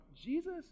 Jesus